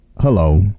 Hello